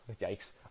Yikes